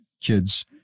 kids